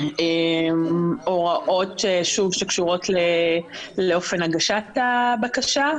הוראות שקשורות לאופן הגשת הבקשה,